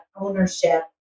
ownership